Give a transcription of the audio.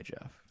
Jeff